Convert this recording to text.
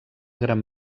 gran